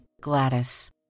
Gladys